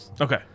Okay